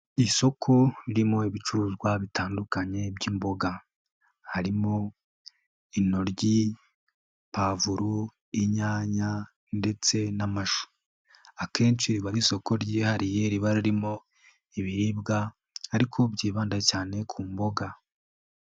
Isoko ririmo ibicuruzwa bitandukanye by'imboga harimo intoryi pavuro, inyanya, ndetse akenshi biba ari isoko ryihariye riba ririmo ibiribwa ariko byibanda cyane ku mboga.